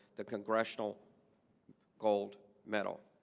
the congressional gold medal.